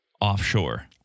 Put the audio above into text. offshore